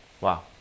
Wow